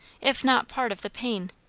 if not part of the pain.